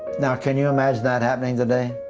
now can you imagine that happening today?